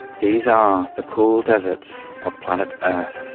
these are the cool deserts of planet earth.